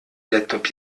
laptop